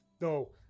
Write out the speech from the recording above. no